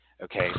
okay